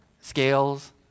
Scales